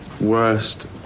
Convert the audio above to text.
Worst